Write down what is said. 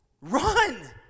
Run